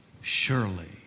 surely